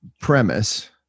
premise